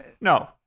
no